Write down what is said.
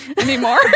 anymore